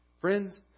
Friends